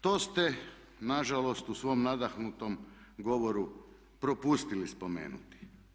To ste nažalost u svom nadahnutom govoru propustili spomenuti.